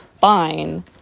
Fine